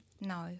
No